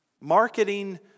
Marketing